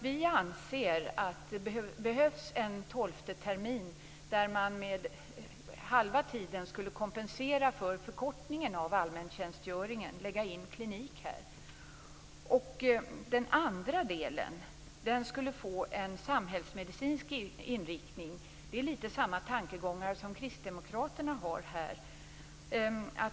Vi anser att det behövs en tolfte termin där halva tiden skulle kompensera för förkortningen av allmäntjänstgöringen - den kliniska delen. Den andra delen skulle få en samhällsmedicinsk inriktning, vilket är litet grand samma tankegångar som kristdemokraterna har.